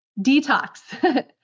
detox